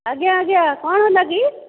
ଆଜ୍ଞା ଆଜ୍ଞା କ'ଣ ହେଲା କି